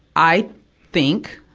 i think,